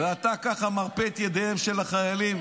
ואתה ככה מרפה את ידיהם של החיילים.